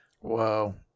Whoa